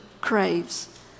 craves